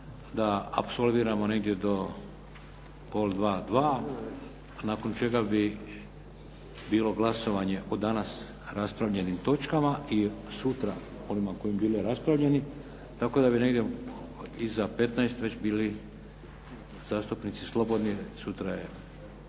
da apsolviramo negdje do pola dva, dva, nakon čega bi bilo glasovanje o danas raspravljenim točkama i sutra onima koji bi bili raspravljeni tako da bi negdje iza 15 već bili zastupnici slobodni, preksutra je